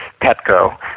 Petco